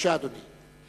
בבקשה, אדוני.